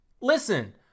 listen